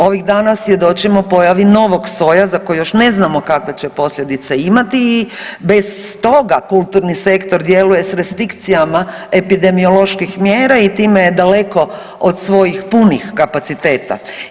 Ovih dana svjedočimo pojavi novog soja za koji još ne znamo kakve će posljedice imati i bez toga kulturni sektor djeluje s restrikcijama epidemioloških mjera i time je daleko od svojih punih kapaciteta.